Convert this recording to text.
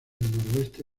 noroeste